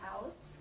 housed